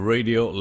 Radio